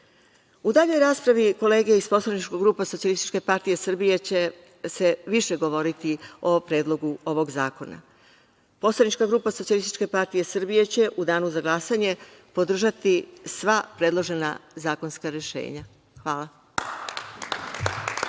daljoj raspravi kolege iz poslaničkog kluba Socijalističke partije Srbije će se više govoriti o predlogu ovog zakona. Poslanička grupa Socijalističke partije Srbije će u danu za glasanje podržati sva predložena zakonska rešenja. Hvala.